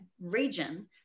region